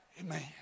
amen